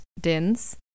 Din's